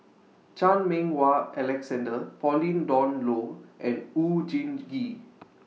Chan Meng Wah Alexander Pauline Dawn Loh and Oon Jin Gee